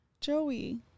Joey